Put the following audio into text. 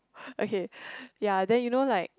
okay ya then you know like